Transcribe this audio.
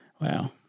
Wow